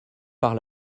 par